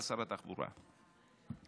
שר התחבורה,